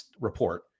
Report